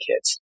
kids